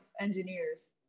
engineers